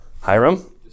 Hiram